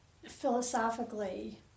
Philosophically